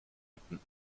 hatten